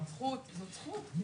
כי זאת זכות,